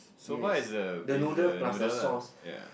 soba is the is the noodle lah ya